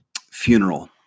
funeral